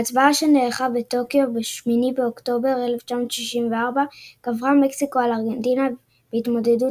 בהצבעה שנערכה בטוקיו ב-8 באוקטובר 1964 גברה מקסיקו על ארגנטינה בהתמודדות